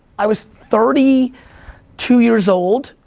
i was thirty two years old,